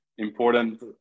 important